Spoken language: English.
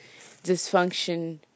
dysfunction